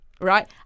right